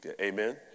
Amen